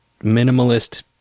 Minimalist